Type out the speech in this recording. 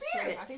spirit